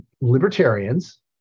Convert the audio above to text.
libertarians